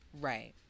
Right